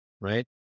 right